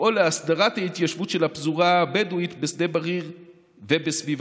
לפעול להסדרת ההתיישבות של הפזורה הבדואית בשדה בריר ובסביבתו".